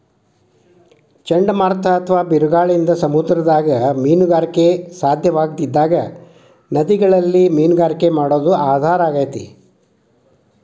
ಚಂಡಮಾರುತ ಅತ್ವಾ ಬಿರುಗಾಳಿಯಿಂದ ಸಮುದ್ರದಾಗ ಮೇನುಗಾರಿಕೆ ಸಾಧ್ಯವಾಗದಿದ್ದಾಗ ನದಿಗಳಲ್ಲಿ ಮೇನುಗಾರಿಕೆ ಮಾಡೋದು ಆಧಾರ ಆಗೇತಿ